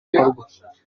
ibikorwa